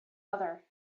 other